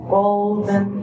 golden